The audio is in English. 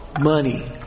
money